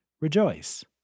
rejoice